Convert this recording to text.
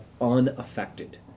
unaffected